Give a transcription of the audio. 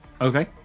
Okay